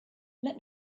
let